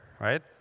right